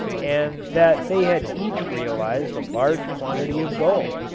and that they had each realized a large quantity of gold.